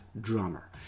drummer